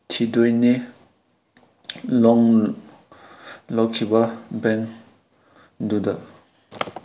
ꯊꯤꯗꯣꯏꯅꯤ loan ꯂꯧꯈꯤꯕ ꯕꯦꯡꯗꯨꯗ